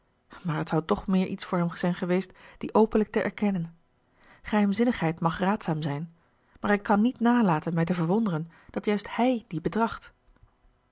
maar het zou toch meer iets voor hem zijn geweest die openlijk te erkennen geheimzinnigheid mag raadzaam zijn maar ik kan niet nalaten mij te verwonderen dat juist hij die betracht